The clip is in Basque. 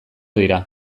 dira